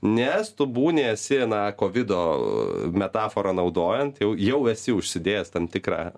nes tu būni esi na kovido metaforą naudojant jau jau esi užsidėjęs tam tikrą